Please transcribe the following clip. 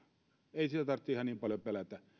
ei sitä tarvitse ihan niin paljon pelätä